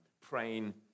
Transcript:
praying